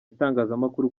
itangazamakuru